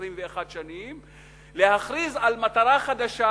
21 שנים, להכריז על מטרה חדשה,